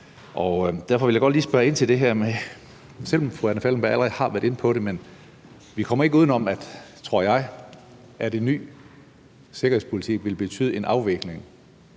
Derfor vil jeg godt lige spørge ind til det her, selv om fru Anna Falkenberg allerede har været inde på det, nemlig at vi ikke kommer udenom, tror jeg, at en ny sikkerhedspolitik vil betyde en afvikling